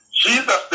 Jesus